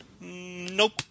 Nope